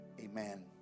amen